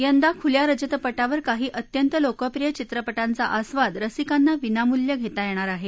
यंदा खुल्या रजतपटावर काही अत्यंत लोकप्रिय चित्रपटांचा आस्वाद रसिकांना विनामूल्य घेता येणार आहे